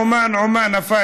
עומאן, עומאן, עומאן.